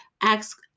Ask